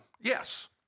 Yes